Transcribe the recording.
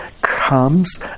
comes